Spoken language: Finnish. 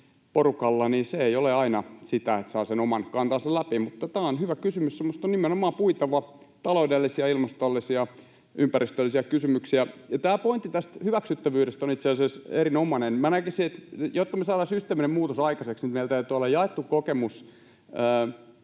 porukalla ei ole aina sitä, että saa sen oman kantansa läpi. Mutta tämä on hyvä kysymys, ja minusta nimenomaan on puitava taloudellisia, ilmastollisia ja ympäristöllisiä kysymyksiä. Ja tämä pointti tästä hyväksyttävyydestä on itse asiassa erinomainen. Näkisin, että jotta me saadaan systeeminen muutos aikaiseksi, niin meillä täytyy olla jaettu kokemus